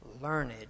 learned